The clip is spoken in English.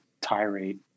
tirade